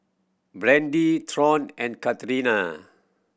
Brandee Thornton and Katarina